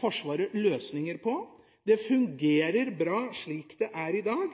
Forsvaret løsninger på. Det fungerer bra slik det er i dag.